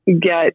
get